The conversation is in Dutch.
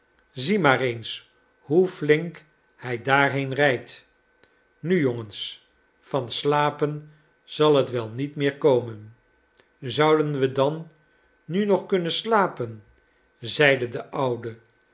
zie maar eens hoe flink hij daar heen rijdt nu jongens van slapen zal wel niet meer komen zouden we dan nu nog kunnen slapen zei de oude